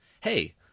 hey